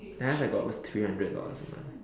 the highest I got was three hundred dollars a month